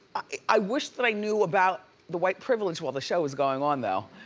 i wish that i knew about the white privilege while the show was going on, though.